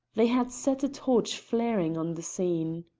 they had set a torch flaring on the scene.